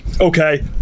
Okay